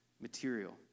material